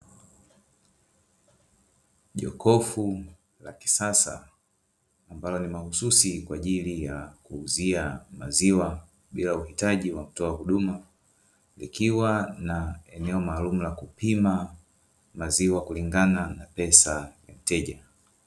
Jokofu la kisasa ambalo ni mahususi kwa ajili ya kuuzia maziwa bila uhitaji wa mtoa huduma, likiwa na eneo maalumu la kupima maziwa kulingana na pesa ya mteja.